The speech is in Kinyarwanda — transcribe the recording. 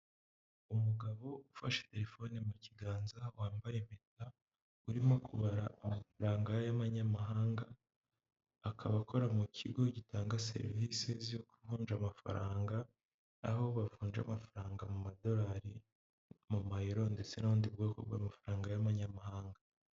Umugabo ufashe terefone mu kiganza wambaye impeta urimo kubara amafaranga y'abanyamahanga, akaba akora mu kigo gitanga serivisi zo kuvunja amafaranga aho bavunja amafaranga mu madorari, mu mayero ndetse n'ubundi bwoko bw'amafaranga y'amanyamahanga.